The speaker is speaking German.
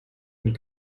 und